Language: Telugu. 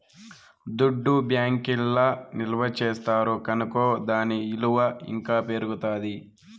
దుడ్డు బ్యాంకీల్ల నిల్వ చేస్తారు కనుకో దాని ఇలువ ఇంకా పెరుగుతాది